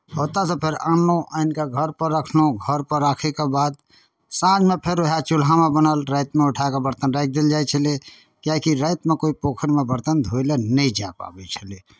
ओतयसँ फेर आनलहुँ आनि कऽ घरपर रखलहुँ घरपर राखयके बाद साँझमे फेर उएह चूल्हामे बनल रातिमे उठा कऽ बरतन राखि देल जाइ छलै किएकि रातिमे कोइ पोखरिमे बरतन धोइ लेल नहि जा पबै छलै